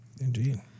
Indeed